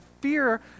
fear